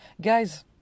Guys